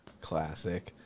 Classic